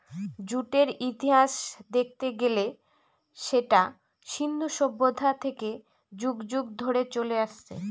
জুটের ইতিহাস দেখতে গেলে সেটা সিন্ধু সভ্যতা থেকে যুগ যুগ ধরে চলে আসছে